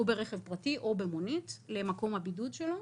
או ברכב פרטי או במונית למקום הבידוד שלו